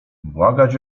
błagać